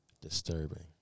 disturbing